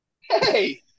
Hey